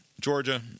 Georgia